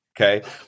Okay